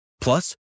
Plus